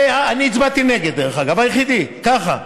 אני הצבעתי נגד, דרך אגב, היחידי, ככה.